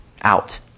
out